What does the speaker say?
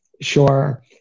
sure